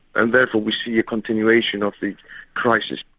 and therefore we see a continuation of the crisis.